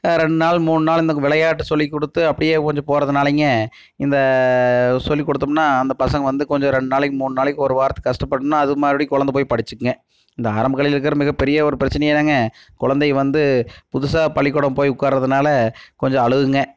ரெண்டு நாள் மூணு நாள் இந்த விளையாட்டு சொல்லிக் கொடுத்து அப்படியே கொஞ்சம் போகிறதுனாலைங்க இந்த சொல்லி கொடுத்தோம்னா அந்த பசங்க வந்து கொஞ்சம் ரெண்டு நாளைக்கு மூணு நாளைக்கு ஒரு வாரத்துக்கு கஷ்டப்பட்னா அது மறுபடியும் குழந்த போய் படிச்சிக்குங்க இந்த ஆரம்பக் கல்வியில் இருக்கிற மிகப்பெரிய ஒரு பிரச்சினையே அதுதாங்க குழந்தை வந்து புதுசாக பள்ளிக்கூடம் போய் உட்கார்றதுனால கொஞ்சம் அழுகுங்க